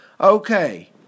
Okay